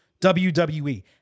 WWE